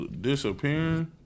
Disappearing